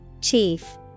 Chief